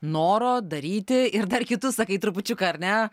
noro daryti ir dar kitus sakai trupučiuką ar ne